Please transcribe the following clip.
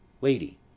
Lady